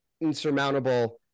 insurmountable